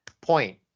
point